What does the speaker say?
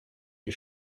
his